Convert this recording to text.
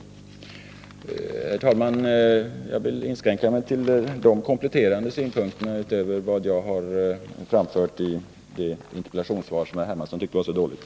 Herr talman! Jag vill inskränka mig till dessa kompletterande synpunkter utöver vad jag framförde i mitt interpellationssvar, som herr Hermansson tyckte var så dåligt.